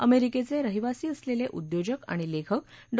अमेरिकेचे रहिवासी असलेले उद्योजक आणि लेखक डॉ